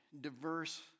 diverse